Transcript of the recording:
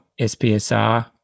SPSR